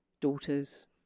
daughters